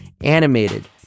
animated